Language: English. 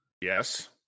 Yes